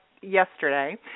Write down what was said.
yesterday